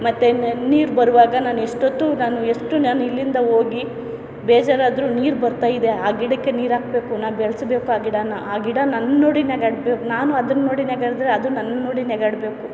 ಮತ್ತೆ ನೀರು ಬರುವಾಗ ನಾನು ಎಷ್ಟೊತ್ತು ನಾನು ಎಷ್ಟು ನಾನು ಇಲ್ಲಿಂದ ಹೋಗಿ ಬೇಜಾರು ಆದರೂ ನೀರು ಬರ್ತಾಯಿದೆ ಆ ಗಿಡಕ್ಕೆ ನೀರು ಹಾಕಬೇಕು ನಾ ಬೆಳೆಸ್ಬೇಕು ಆ ಗಿಡಾನ ಆ ಗಿಡ ನನ್ನ ನೋಡಿ ನಗಾಡ್ಬೇಕು ನಾನು ಅದನ್ನ ನೋಡಿ ನಗಾಡಿದ್ರೆ ಅದು ನನ್ನ ನೋಡಿ ನಗಾಡ್ಬೇಕು